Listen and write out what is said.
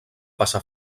passar